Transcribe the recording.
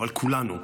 אבל כולנו,